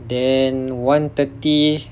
then one thirty